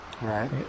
Right